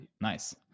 Nice